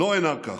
לא אנהג כך.